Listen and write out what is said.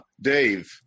Dave